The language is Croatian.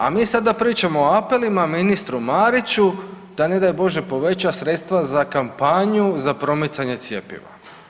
A mi sada pričamo o apelima ministru Mariću da ne daj Bože poveća sredstva za kampanju za promicanje cjepiva.